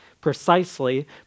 precisely